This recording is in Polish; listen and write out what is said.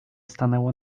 stanęło